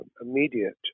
immediate